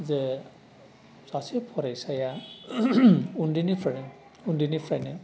जे सासे फरायसाया उन्दैनिफ्रायनो उन्दैनिफ्रायनो